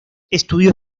estudió